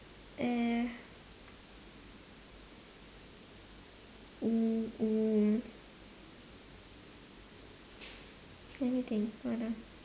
uh um um let me think what ah